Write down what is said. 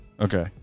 Okay